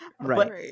Right